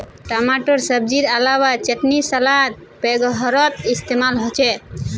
टमाटर सब्जिर अलावा चटनी सलाद वगैरहत इस्तेमाल होचे